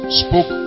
spoke